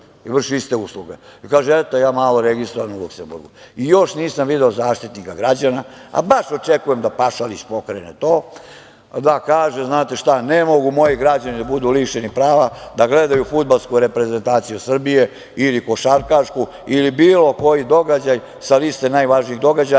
i vrši iste usluge, i kaže – eto, ja malo registrovan u Luksemburgu. Još nisam video Zaštitnika građana, odnosno, a baš, očekujem da Pašalić pokrene to, da kaže – znate šta, ne mogu moji građani da budu lišeni prava da gledaju fudbalsku reprezentaciju Srbije, ili košarkašku, ili bilo koji događaj sa liste najvažnijih događaja,